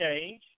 change